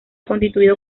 constituido